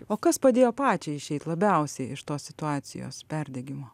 o kas padėjo pačiai išeit labiausiai iš tos situacijos perdegimo